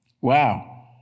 Wow